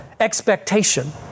expectation